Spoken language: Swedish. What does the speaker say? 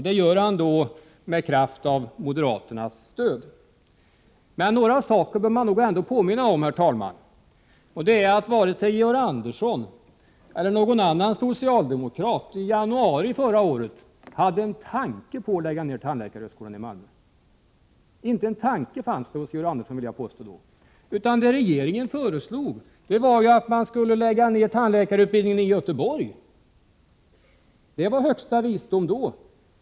Det sade han i kraft av vad moderaterna uttalat. Men några saker bör man nog ändå påminna om, herr talman! Varken Georg Andersson eller någon annan socialdemokrat hade i januari förra året en tanke på att lägga ned tandläkarhögskolan i Malmö — det vill jag påstå —, utan vad regeringen föreslog var ju att tandläkarutbildningen i Göteborg skulle läggas ned. Det var högsta visdom då.